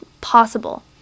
possible